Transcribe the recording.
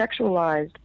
sexualized